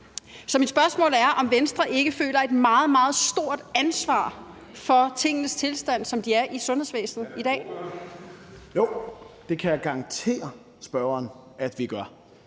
Så mit spørgsmål er, om Venstre ikke føler et meget, meget stort ansvar for tingenes tilstand, som det er i sundhedsvæsenet i dag? Kl. 10:34 Tredje næstformand